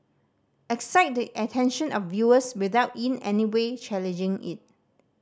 excite the attention of viewers without in any way challenging it